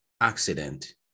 accident